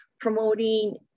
promoting